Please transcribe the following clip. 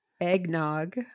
eggnog